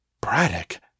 Braddock